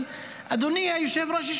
אבל אדוני היושב-ראש,